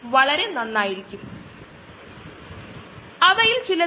കൂടുതൽ വിവരങ്ങൾക്ക് നമുക്ക് ഈ വെബ്സൈറ്റ് നോക്കാം